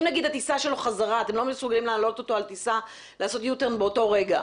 אם אתם לא מסוגלים להעלות אותו על טיסה באותו רגע,